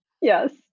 Yes